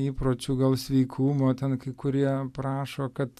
įpročių gal sveikumo ten kai kurie prašo kad